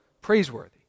praiseworthy